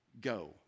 go